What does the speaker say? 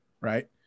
right